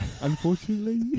unfortunately